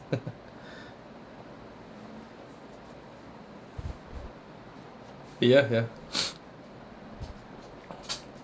ya ya